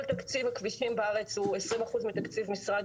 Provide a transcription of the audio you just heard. כשכל תקציב הכבישים בארץ הוא 20% מתקציב משרד